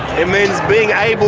it means being able